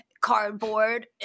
cardboard